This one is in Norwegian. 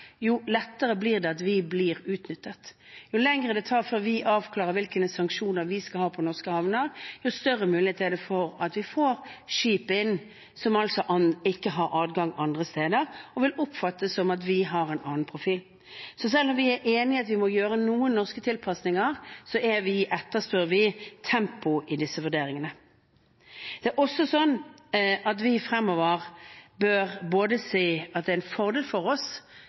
jo lettere blir det til at vi blir utnyttet. Jo lengre det tar før vi avklarer hvilke sanksjoner vi skal ha på norske havner, jo større mulighet er det for at vi får skip inn som altså ikke har adgang andre steder, og det vil oppfattes som at vi har en annen profil. Så selv om vi er enig i at vi må gjøre noen norske tilpasninger, etterspør vi tempo i disse vurderingene. Det er også slik at vi fremover både bør si at det er en fordel for oss